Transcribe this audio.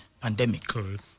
pandemic